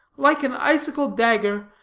like an icicle-dagger,